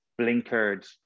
blinkered